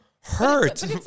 hurt